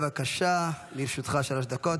בבקשה, לרשותך שלוש דקות.